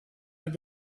have